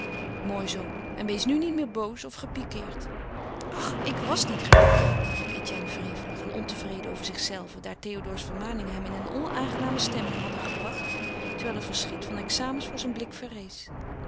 mooi zoo en wees nu niet meer boos of gepiqueerd ach ik was niet gepiqueerd riep etienne wrevelig en ontevreden over zichzelven daar théodore's vermaningen hem in een onaangename stemming hadden gebracht terwijl een verschiet van examens voor zijn blik verrees